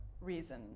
reason